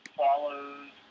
follows